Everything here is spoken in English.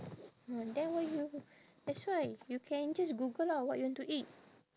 ah then why you that's why you can just google lah what you want to eat